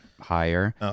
higher